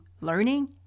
learning